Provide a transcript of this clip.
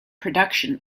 production